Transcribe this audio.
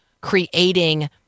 creating